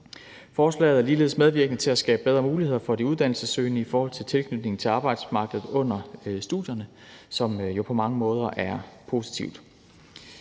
Forslaget er ligeledes medvirkende til at skabe bedre muligheder for de uddannelsessøgende i forhold til tilknytningen til arbejdsmarkedet under studierne, som jo på mange måder er positivt.